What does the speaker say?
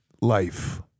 life